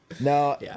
no